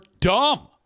dumb